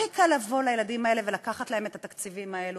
הכי קל לבוא לילדים האלה ולקחת להם את התקציבים האלה.